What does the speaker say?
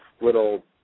little